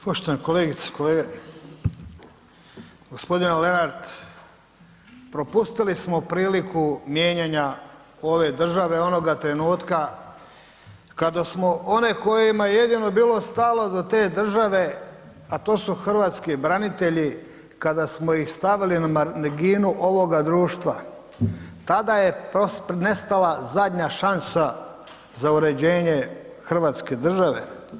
Poštovane kolegice, kolege, g. Lenart, propustili smo priliku mijenjanja ove države onoga trenutka kada smo one kojima je jedino bilo stalo do te države, a to su hrvatski branitelji kada smo ih stavili na marginu ovoga društva, tada je nestala zadnja šansa za uređenje hrvatske države.